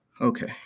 Okay